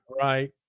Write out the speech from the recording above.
Right